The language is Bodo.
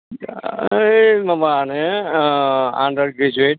दा ओइ माबा मा होनो आन्दार ग्रेजुवेट